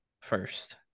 first